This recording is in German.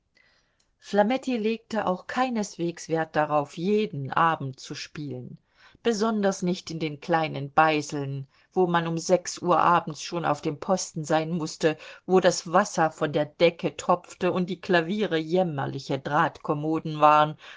flametti legte auch keineswegs wert darauf jeden abend zu spielen besonders nicht in den kleinen beiseln wo man um sechs uhr abends schon auf dem posten sein mußte wo das wasser von der decke tropfte und die klaviere jämmerliche drahtkommoden waren